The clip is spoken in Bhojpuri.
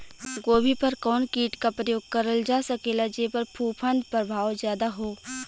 गोभी पर कवन कीट क प्रयोग करल जा सकेला जेपर फूंफद प्रभाव ज्यादा हो?